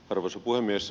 arvoisa puhemies